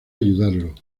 ayudarlo